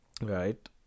Right